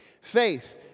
Faith